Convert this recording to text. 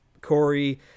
Corey